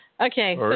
Okay